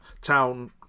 Town